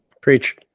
Preach